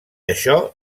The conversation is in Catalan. això